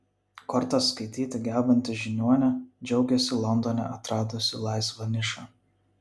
kortas skaityti gebanti žiniuonė džiaugiasi londone atradusi laisvą nišą